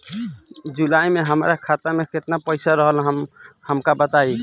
जुलाई में हमरा खाता में केतना पईसा रहल हमका बताई?